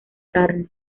carne